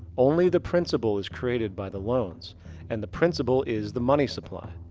only the principal is created by the loans and the principal is the money supply.